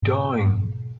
doing